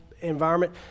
environment